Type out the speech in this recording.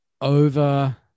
over